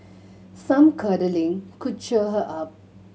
some cuddling could cheer her up